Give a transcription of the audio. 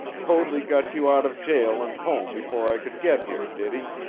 coadley got you out of jail and home before i could get here, did he?